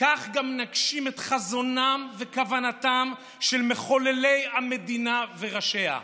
וכך גם נגשים את חזונם וכוונתם של מחוללי המדינה וראשיה.